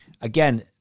again